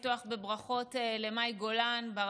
בברכות למאי גולן ברמה האישית.